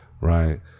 right